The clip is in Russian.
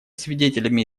свидетелями